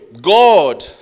God